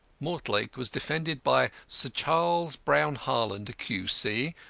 mortlake was defended by sir charles brown-harland, q c,